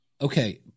okay